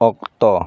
ᱚᱠᱛᱚ